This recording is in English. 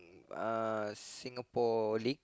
uh Singapore league